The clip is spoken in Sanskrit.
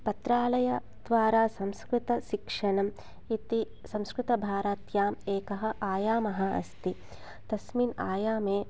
पत्रालयद्वारा संस्कृतशिक्षणम् इति संस्कृतभारत्याम् एकः आयामः अस्ति तस्मिन् आयामे